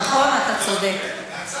נכון, אתה צודק.